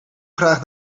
graag